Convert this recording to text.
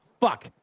fuck